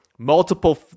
Multiple